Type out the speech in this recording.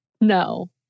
no